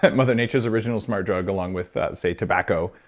but mother nature's original smart drug along with say tobacco,